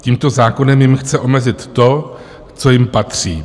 Tímto zákonem jim chce omezit to, co jim patří.